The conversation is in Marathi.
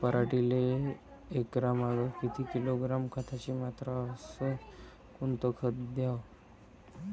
पराटीले एकरामागं किती किलोग्रॅम खताची मात्रा अस कोतं खात द्याव?